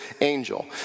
angel